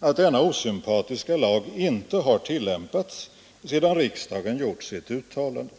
att denna osympatiska lag inte har tillämpats sedan riksdagen gjort sitt uttalande.